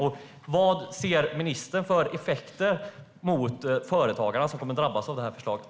Och vad ser ministern för effekter för företagarna som kommer att drabbas av förslaget?